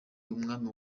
umwami